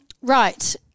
Right